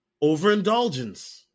Overindulgence